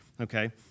Okay